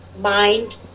mind